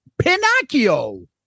Pinocchio